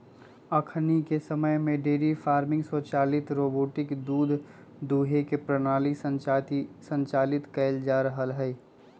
अखनिके समय में डेयरी फार्मिंग स्वचालित रोबोटिक दूध दूहे के प्रणाली संचालित कएल जा रहल हइ